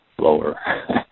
lower